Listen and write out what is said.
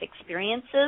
experiences